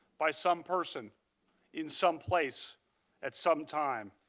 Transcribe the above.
by some person in someplace at some time